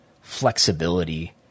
flexibility